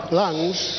lungs